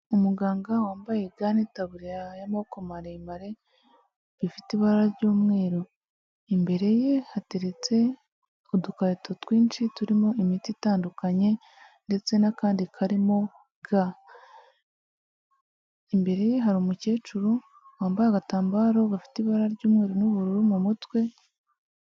Umuganga wambaye ga n'itaburiya y'amaboko maremare bifite ibara ry'umweru, imbere ye hateretse udukarito twinshi turimo imiti itandukanye ndetse n'akandi karimo ga, imbere hari umukecuru wambaye agatambaro gafite ibara ry'umweru n'ubururu mu mutwe.